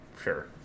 Sure